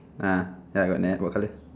ah ya got net what colour